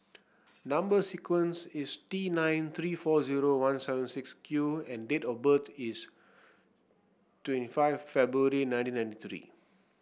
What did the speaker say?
number sequence is T nine three four zero one seven six Q and date of birth is twenty five February nineteen ninety three